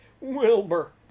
Wilbur